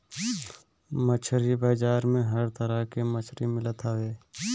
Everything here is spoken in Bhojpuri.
मछरी बाजार में हर तरह के मछरी मिलत हवे